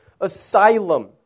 Asylum